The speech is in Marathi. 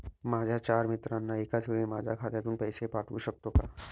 माझ्या चार मित्रांना एकाचवेळी माझ्या खात्यातून पैसे पाठवू शकतो का?